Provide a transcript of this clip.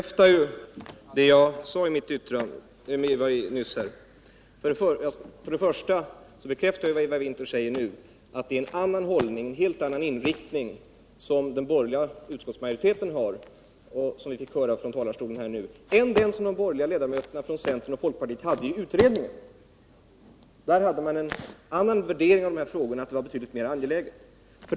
Herr talman! Eva Winthers inlägg bekräftar vad jag nyss sade: Den borgerliga utskottsmajoriteten och de borgerligas företrädare här i kammaren har nu en helt annan inriktning än den som centern och folkpartiet hade i utredningen. Där värderade man de här frågorna som betydligt mer angelägna.